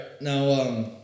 now